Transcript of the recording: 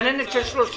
גננת של 30 שנים.